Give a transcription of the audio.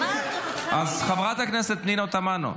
חברת הכנסת פנינה תמנו.